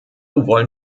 wollen